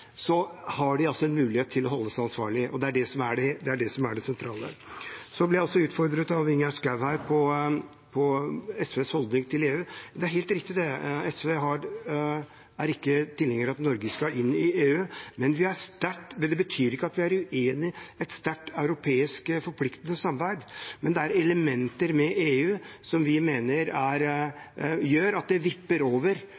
å holde dem ansvarlig. Det er det som er det sentrale. Så ble jeg utfordret av Ingjerd Schou her på SVs holdning til EU. Det er helt riktig: SV er ikke tilhenger av at Norge skal inn i EU. Det betyr ikke at vi er uenig i et sterkt europeisk forpliktende samarbeid, men det er elementer ved EU som gjør at det vipper over mot at vi ikke ønsker at Norge skal inn der. Det er